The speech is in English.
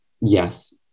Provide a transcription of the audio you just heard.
yes